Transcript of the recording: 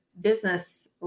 business